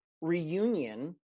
reunion